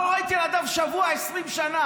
לא ראה את ילדיו שבוע 20 שנה,